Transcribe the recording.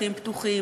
שטחים פתוחים,